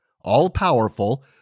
All-powerful